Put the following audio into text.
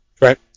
Right